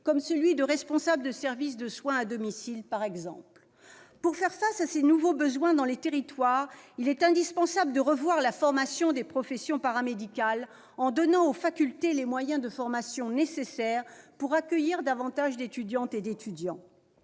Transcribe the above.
comme celui de responsable de service de soins à domicile. Pour faire face à ces nouveaux besoins dans les territoires, il est indispensable de revoir la formation des professions paramédicales en donnant aux facultés les moyens de formation nécessaires pour accueillir davantage d'étudiants. Or de